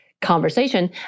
conversation